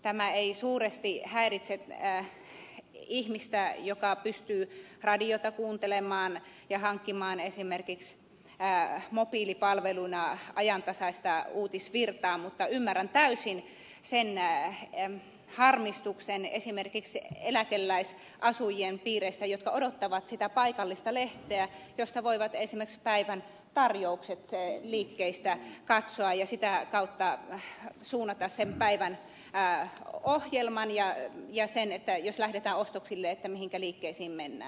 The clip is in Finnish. tämä ei suuresti häiritse ihmistä joka pystyy radiota kuuntelemaan ja hankkimaan esimerkiksi mobiilipalveluna ajantasaista uutisvirtaa mutta ymmärrän täysin harmistuksen esimerkiksi eläkeläisasujien piireistä jotka odottavat sitä paikallista lehteä josta voivat esimerkiksi liikkeiden päivän tarjoukset katsoa ja sitä kautta suunnata sen päivän ohjelman ja sen jos lähdetään ostoksille mihinkä liikkeisiin mennään